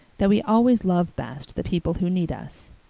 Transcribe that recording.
that we always love best the people who need us.